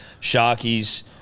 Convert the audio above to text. Sharkies